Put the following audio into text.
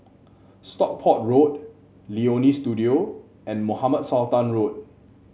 Stockport Road Leonie Studio and Mohamed Sultan Road